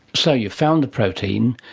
so you found the protein,